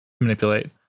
manipulate